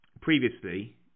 previously